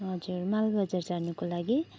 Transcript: हजुर मालबजार जानुको लागि